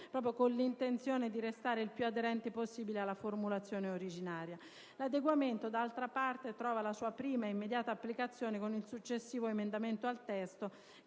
proprio con l'intenzione di restare il più aderenti possibili alla formulazione originaria. L'adeguamento, d'altra parte, trova la sua prima e immediata applicazione con l'emendamento al testo